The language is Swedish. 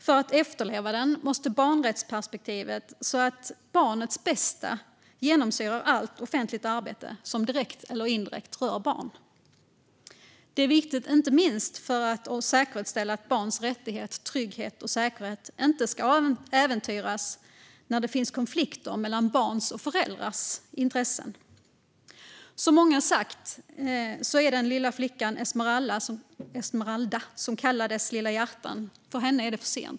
För att efterleva den behövs ett barnrättsperspektiv, så att barnets bästa genomsyrar allt offentligt arbete som direkt eller indirekt rör barn. Det är viktigt, inte minst för att säkerställa att barns rättigheter, trygghet och säkerhet inte äventyras när det finns konflikter mellan barns och föräldrars intressen. Som många har sagt är det för sent för den lilla flickan Esmeralda, som kallades Lilla hjärtat.